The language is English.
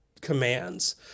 commands